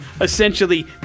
essentially